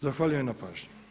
Zahvaljujem na pažnji.